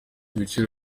ibiciro